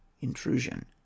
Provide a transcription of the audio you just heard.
intrusion